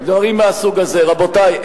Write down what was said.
רבותי,